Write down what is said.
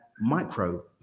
micro